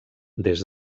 des